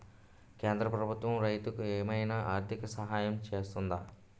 కేంద్ర ప్రభుత్వం రైతులకు ఏమైనా ఆర్థిక సాయం చేస్తుందా?